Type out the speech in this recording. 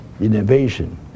innovation